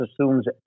assumes